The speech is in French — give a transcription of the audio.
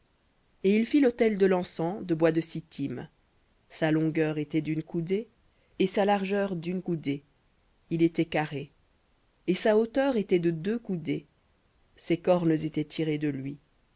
et il fit l'autel de l'encens de bois de sittim sa longueur était d'une coudée et sa largeur d'une coudée il était carré et sa hauteur était de deux coudées ses cornes étaient de lui